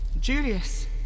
Julius